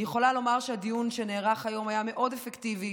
אני יכולה לומר שהדיון שנערך היום היה מאוד אפקטיבי,